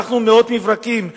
שלחנו מאות מברקים,